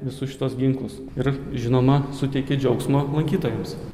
visus šituos ginklus ir žinoma suteikia džiaugsmo lankytojams